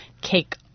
cake